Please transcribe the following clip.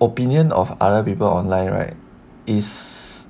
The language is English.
opinion of other people online right is